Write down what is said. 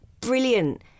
brilliant